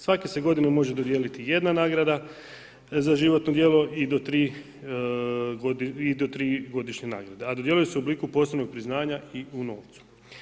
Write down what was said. Svake se godine može dodijeliti jedna nagrada za životno djelo i do tri godišnje nagrade, a dodjeljuje se u obliku posebnog priznanja i u novcu.